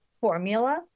formula